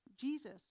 Jesus